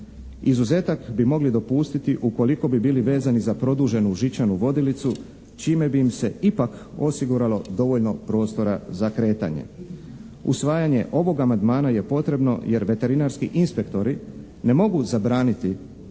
Izuzetak bi mogli dopustiti ukoliko bi bili vezani za produženu žičanu vodilicu čime bi im se ipak osiguralo dovoljno prostora za kretanje. Usvajanje ovog amandmana je potrebno jer veterinarski inspektori ne mogu zabraniti